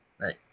Right